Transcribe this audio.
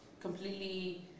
completely